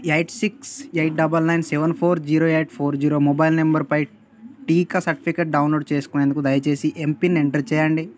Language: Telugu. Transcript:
eight six eight double nine seven four zero eight four zero mobile నంబరుపై టీకా సర్టిఫికేట్ డౌన్లోడ్ చేసుకునేందుకు దయచేసి ఎంపిన్ ఎంటర్ చేయండి